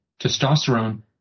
testosterone